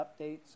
updates